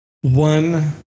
one